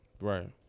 Right